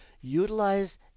utilized